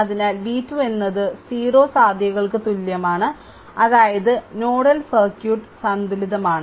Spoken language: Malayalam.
അതിനാൽ v2 എന്നത് 0 സാധ്യതകൾക്ക് തുല്യമാണ് അതായത് നോഡൽ സർക്യൂട്ട് സന്തുലിതമാണ്